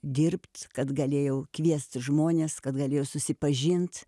dirbt kad galėjau kviesti žmones kad galėjo susipažint